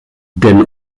denn